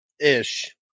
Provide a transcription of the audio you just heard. ish